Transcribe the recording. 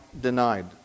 denied